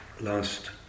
last